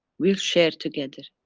we'll share together.